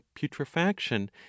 putrefaction